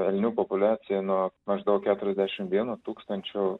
elnių populiacija nuo maždaug keturiasdešim vieno tūkstančio